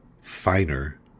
finer